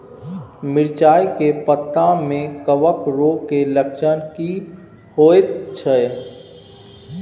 मिर्चाय के पत्ता में कवक रोग के लक्षण की होयत छै?